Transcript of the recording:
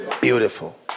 Beautiful